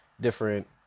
different